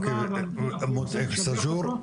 אוקיי, וסאג'ור?